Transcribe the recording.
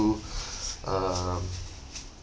uh